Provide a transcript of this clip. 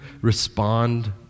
respond